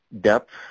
depth